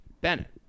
Bennett